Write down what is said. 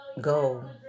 go